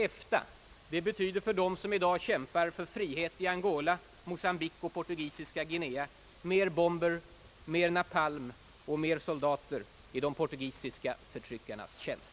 EFTA betyder för dem som i dag kämpar för frihet i Angola, Mocambique och Portugisiska Guinea mer bomber, mer napalm och mer soldater i de portugisiska förtryckarnas tjänst.